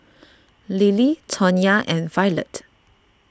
Lilie Tawnya and Violet